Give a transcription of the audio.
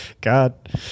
God